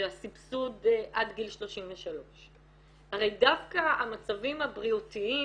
של הסבסוד עד גיל 33. הרי דווקא המצבים הבריאותיים